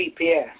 GPS